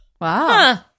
Wow